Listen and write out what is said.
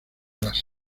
las